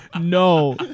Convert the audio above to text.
no